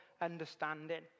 understanding